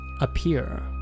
appear